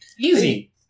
Easy